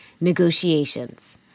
Negotiations